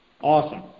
Awesome